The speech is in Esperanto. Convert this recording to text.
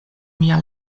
mia